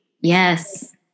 Yes